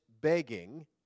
begging